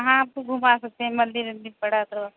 हाँ आपको घुमा सकते हैं मंदिर वंदिर पड़ा तो रास्ते में